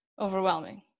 overwhelming